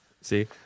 see